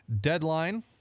deadline